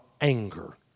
anger